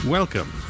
Welcome